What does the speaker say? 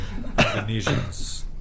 Indonesians